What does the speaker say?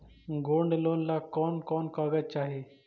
Gold loan ला कौन कौन कागजात चाही?